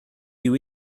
you